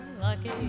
lucky